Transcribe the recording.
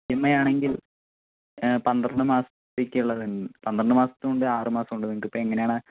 E M I ആണെങ്കിൽ പന്ത്രണ്ട് മാസത്തേക്കുള്ളതുണ്ട് പന്ത്രണ്ട് മസത്തിനുമുണ്ട് ആറു മാസമുണ്ട് നിങ്ങൾക്കിപ്പോൾ എങ്ങനെയാണ്